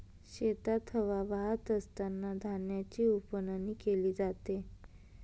शेतात हवा वाहत असतांना धान्याची उफणणी केली जाते